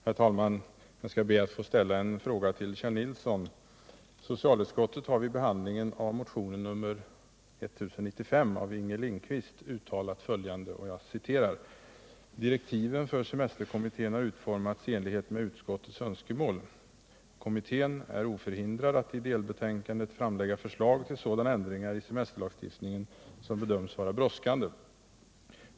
Herr talman! Jag skall be att få ställa en fråga till Kjell Nilsson. Socialutskottet har vid behandlingen av motionen 1095 av Inger Lindquist uttalat följande: ”Direktiven för semesterkommittén har utformats i enlighet med utskottets önskemål. Kommittén är oförhindrad att i delbetänkande framlägga förslag till sådana ändringar i semesterlagstiftningen som bedöms vara brådskande.